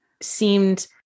seemed